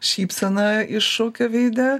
šypsena iššaukia veide